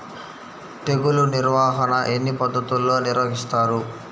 తెగులు నిర్వాహణ ఎన్ని పద్ధతుల్లో నిర్వహిస్తారు?